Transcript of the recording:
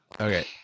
okay